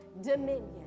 dominion